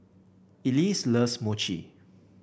Elise loves Mochi